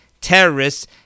terrorists